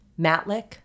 Matlick